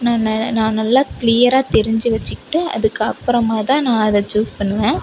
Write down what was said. நான் நான் நல்லா க்ளீயராக தெரிஞ்சு வச்சுக்கிட்டு அதுக்கப்புறமா தான் நான் அதை சூஸ் பண்ணுவேன்